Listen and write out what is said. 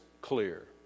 clear